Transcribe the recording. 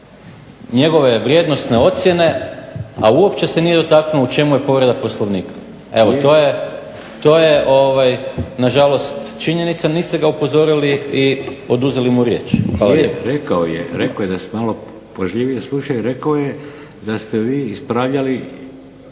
njegove vrijednosne ocjene a uopće se nije dotaknuo u čemu je povreda Poslovnika to je na žalost činjenica. Niste ga upozorili i oduzeli mu riječ. **Šeks, Vladimir (HDZ)** Rekao je, da ste malo pažljivije slušali rekao je da ste vi ispravljali